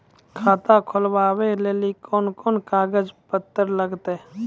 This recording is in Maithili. खाता खोलबाबय लेली कोंन कोंन कागज पत्तर लगतै?